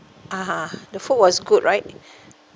(uh huh) the food was good right